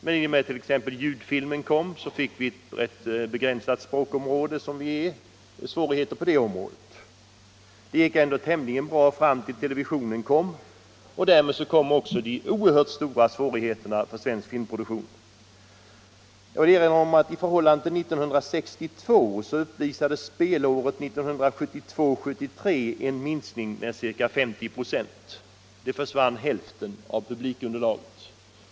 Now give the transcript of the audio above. Men i och med ljudfilmen fick vi med vårt relativt begränsade språkområde svårigheter. Det gick dock tämligen bra ända fram till televisionens genombrott. Då började de stora besvärligheterna för svensk filmproduktion. Jag vill erinra om att i förhållande till 1962 uppvisade spelåret 1972/73 en minskning av publikunderlaget med ca 50 96 — nästan hälften av publiken försvann.